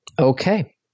Okay